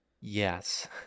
Yes